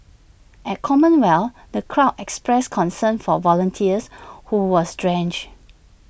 at commonwealth the crowd expressed concern for volunteers who was drenched